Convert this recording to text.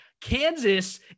Kansas